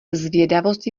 zvědavost